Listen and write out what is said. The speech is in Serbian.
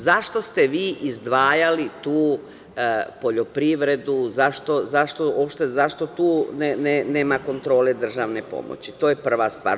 Zašto ste vi izdvajali tu poljoprivredu, zašto uopšte nema kontrole državne pomoći, to je prva stvar.